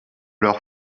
leur